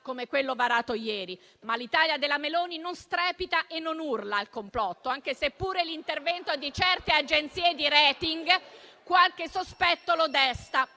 come quello varato ieri. Ma l'Italia della Meloni non strepita e non urla al complotto, anche se l'intervento di certe agenzie di *rating* qualche sospetto desta;